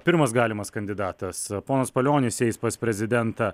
pirmas galimas kandidatas ponas palionis eis pas prezidentą